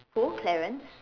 who Clarence